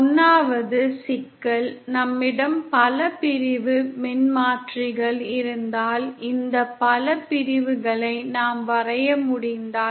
1 வது சிக்கல் நம்மிடம் பல பிரிவு மின்மாற்றிகள் இருந்தால் இந்த பல பிரிவுகளை நாம் வரைய முடிந்தால்